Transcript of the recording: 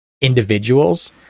individuals